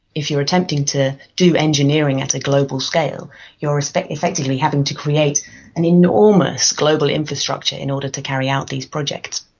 if you are attempting to do engineering at a global scale you are effectively having to create an enormous global infrastructure in order to carry out these projects,